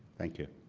thank you